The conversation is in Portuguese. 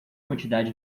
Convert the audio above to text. quantidade